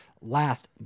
last